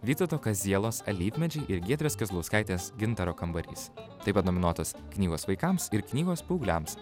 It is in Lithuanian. vytauto kazielos alyvmedžiai ir giedrės kazlauskaitės gintaro kambarys taip pat nominuotos knygos vaikams ir knygos paaugliams